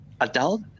adult